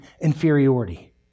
inferiority